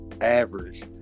average